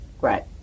Right